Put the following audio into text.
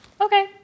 okay